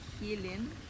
healing